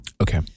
Okay